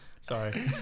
Sorry